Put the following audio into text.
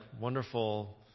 wonderful